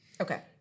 Okay